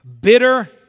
bitter